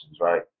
right